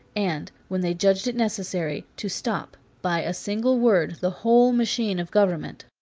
and, when they judged it necessary, to stop, by a single word, the whole machine of government.